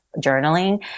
journaling